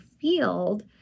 field